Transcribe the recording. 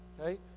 Okay